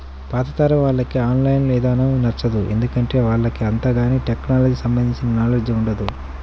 పాతతరం వాళ్లకి online ఇదానం నచ్చదు, ఎందుకంటే వాళ్లకు అంతగాని టెక్నలజీకి సంబంధించిన నాలెడ్జ్ ఉండదు